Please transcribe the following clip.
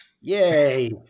Yay